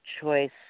choice